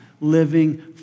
living